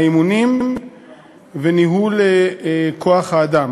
האימונים וניהול כוח-האדם.